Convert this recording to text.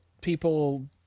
people